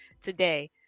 today